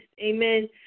Amen